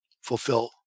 fulfill